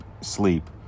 sleep